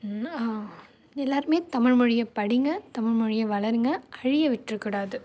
இன்னும் எல்லாருமே தமிழ்மொழியை படிங்கள் தமிழ்மொழியை வளருங்கள் அழிய விட்டுறக்கூடாது